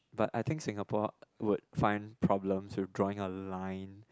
but I think Singapore would find problems with drawing a line